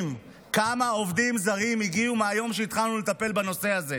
על כמה עובדים זרים הגיעו מהיום שהתחלנו לטפל בנושא הזה,